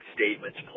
statements